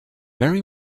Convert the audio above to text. very